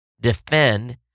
defend